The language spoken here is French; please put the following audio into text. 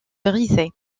brisé